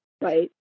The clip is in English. Right